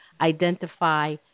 identify